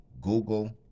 Google